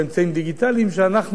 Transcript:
שאנחנו לא התרגלנו אליהם,